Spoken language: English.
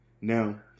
Now –